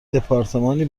دپارتمانی